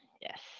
Yes